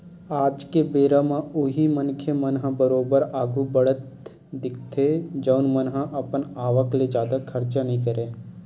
आज के बेरा म उही मनखे मन ह बरोबर आघु बड़हत दिखथे जउन मन ह अपन आवक ले जादा खरचा नइ करय